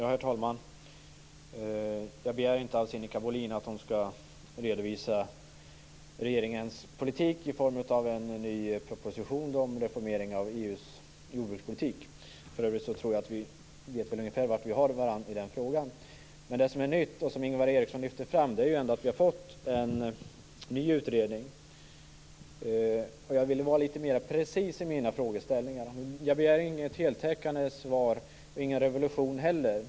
Herr talman! Jag begär inte av Sinikka Bohlin att hon skall redovisa regeringens politik i form av en ny proposition om reformering av EU:s jordbrukspolitik. För övrigt tror jag nog att vi vet ungefär var vi har varandra i den frågan. Men det som är nytt och som Ingvar Eriksson lyfte fram är att vi har fått en ny utredning. Jag vill vara litet mera precis i mina frågeställningar. Jag begär inget heltäckande svar och ingen revolution heller.